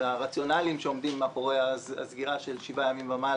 ומן הרציונלים שעומדים מאחורי הסגירה של שבעה ימים ויותר